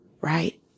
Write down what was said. right